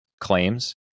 claims